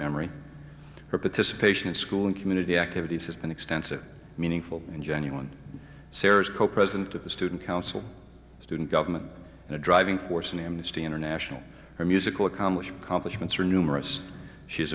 memory her participation in school and community activities has been extensive meaningful and genuine serious co president of the student council student government and a driving force in amnesty international her musical accomplished complements are numerous she's